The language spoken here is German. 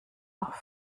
noch